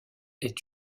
est